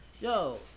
Yo